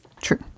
true